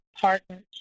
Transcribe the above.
partners